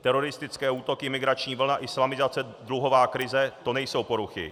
Teroristické útoky, imigrační vlna, islamizace, dluhová krize, to nejsou poruchy.